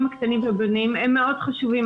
הקטנים והבינוניים הם מאוד חשובים.